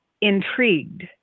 intrigued